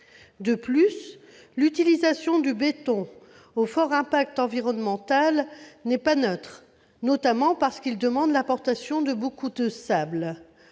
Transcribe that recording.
De plus, l'utilisation du béton, au fort impact environnemental, n'est pas neutre, notamment parce que sa fabrication demande l'importation de beaucoup de sable.